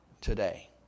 today